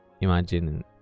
Imagine